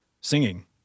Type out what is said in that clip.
singing